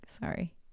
Sorry